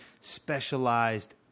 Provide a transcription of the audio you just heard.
specialized